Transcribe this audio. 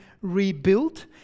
rebuilt